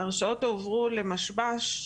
ההרשאות הועברו למשב"ש,